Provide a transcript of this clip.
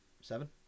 Seven